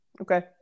Okay